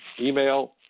email